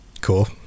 Cool